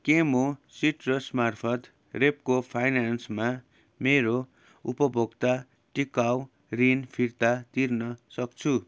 के म सिट्रस मार्फत रेप्को फाइनेन्समा मेरो उपभोक्ता टिकाउ ऋण फिर्ता तिर्न सक्छु